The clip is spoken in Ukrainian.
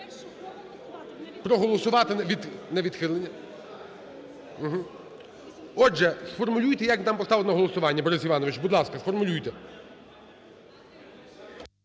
Проголосувати... на відхилення. Отже, сформулюйте як нам поставити на голосування, Борис Іванович. Будь ласка, сформулюйте.